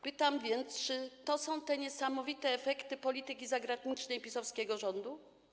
Pytam więc, czy to są te niesamowite efekty polityki zagranicznej PiS-owskiego rządu?